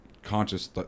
conscious